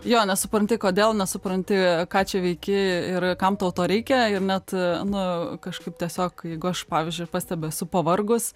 jo nesupranti kodėl nesupranti ką čia veiki ir kam tau to reikia ir net nu kažkaip tiesiog jeigu aš pavyzdžiui pastebiu esu pavargus